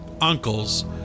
uncles